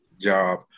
job